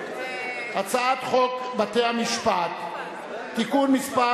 הצעת חוק בתי-המשפט (תיקון מס'